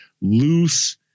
loose